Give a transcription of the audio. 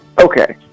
okay